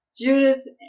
Judith